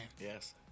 Yes